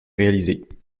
réalisée